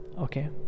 okay